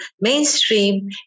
mainstream